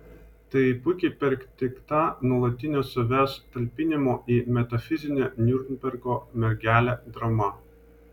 tai puikiai perteikta nuolatinio savęs talpinimo į metafizinę niurnbergo mergelę drama